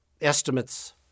Estimates